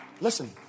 Listen